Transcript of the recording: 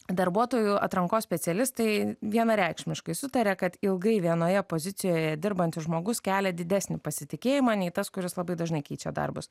darbuotojų atrankos specialistai vienareikšmiškai sutaria kad ilgai vienoje pozicijoje dirbantis žmogus kelia didesnį pasitikėjimą nei tas kuris labai dažnai keičia darbus